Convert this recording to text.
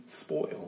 spoil